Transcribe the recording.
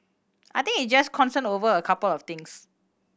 I think it's just concern over a couple of things